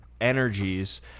energies